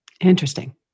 Interesting